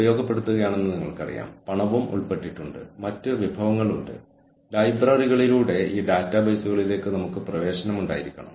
കൂടാതെ കൂടുതൽ സന്നദ്ധതയുള്ള അല്ലെങ്കിൽ മാറ്റങ്ങൾക്ക് തുറന്ന സമീപനമുള്ള അല്ലെങ്കിൽ മാറാൻ കൂടുതൽ വഴക്കമുള്ള ആളുകൾ പുതിയ ദിശയിലേക്ക് നീങ്ങാൻ ഓർഗനൈസേഷനെ സഹായിക്കും